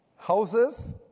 Houses